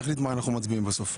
נחליט מה אנחנו מצביעים בסוף.